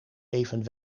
even